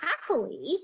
happily